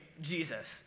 Jesus